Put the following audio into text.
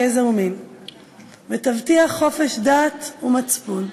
גזע ומין ותבטיח חופש דת ומצפון".